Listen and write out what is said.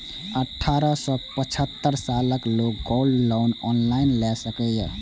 अठारह सं पचहत्तर सालक लोग गोल्ड लोन ऑनलाइन लए सकैए